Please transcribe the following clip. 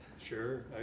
Sure